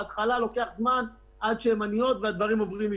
לוקח זמן עד שהן מניעות והדברים עוברים אישורים.